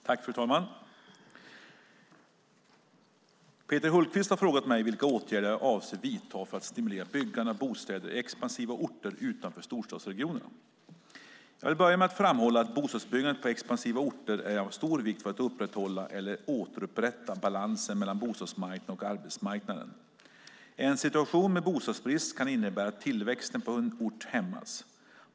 Fru talman! Peter Hultqvist har frågat mig vilka åtgärder jag avser att vidta för att "stimulera byggande av bostäder i expansiva orter utanför storstadsregionerna". Jag vill börja med att framhålla att bostadsbyggande på expansiva orter är av stor vikt för att upprätthålla, eller återupprätta, balansen mellan bostadsmarknaden och arbetsmarknaden. En situation med bostadsbrist kan innebära att tillväxten på en ort hämmas.